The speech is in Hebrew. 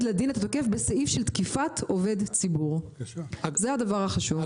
לדין את התוקף בסעיף של תקיפת עובד ציבור." זה הדבר החשוב.